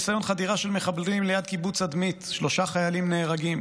ניסיון חדירה של מחבלים ליד קיבוץ אדמית ושלושה חיילים נהרגים,